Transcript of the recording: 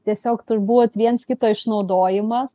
tiesiog turbūt viens kito išnaudojimas